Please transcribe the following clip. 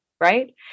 right